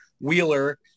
Wheeler